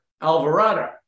Alvarado